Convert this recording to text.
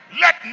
Let